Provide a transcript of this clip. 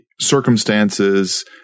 circumstances